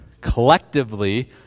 collectively